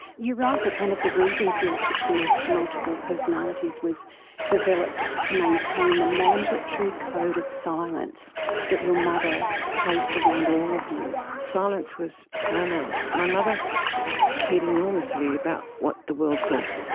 you write that one of the reasons your system of multiple personalities was developed to maintain the mandatory code of silence that your mother placed around all of you. silence was paramount. my mother cared enormously about what the world thought.